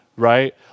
right